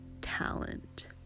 talent